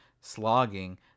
slogging